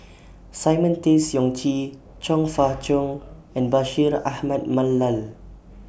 Simon Tay Seong Chee Chong Fah Cheong and Bashir Ahmad Mallal